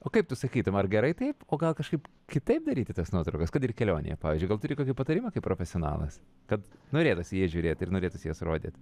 o kaip tu sakytum ar gerai taip o gal kažkaip kitaip daryti tas nuotraukas kad ir kelionėje pavyzdžiui gal turi kokių patarimų kaip profesionalas kad norėtųsi į jas žiūrėti ir norėtųsi jas rodyti